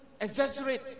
exaggerate